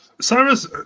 Cyrus